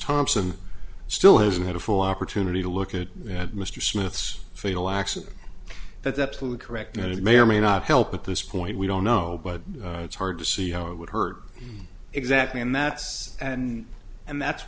thompson still hasn't had a full opportunity to look at that mr smith's fatal accident that's absolutely correct it may or may not help at this point we don't know but it's hard to see how it would hurt exactly and that's and and that's